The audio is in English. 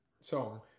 song